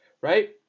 Right